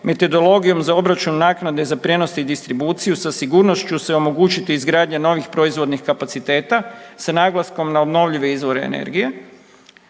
metodologijom za obračun naknade za prijenos i distribuciju sa sigurnošću se omogućiti izgradnja novih proizvodnih kapaciteta sa naglaskom na obnovljive izvore energije?